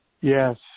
Yes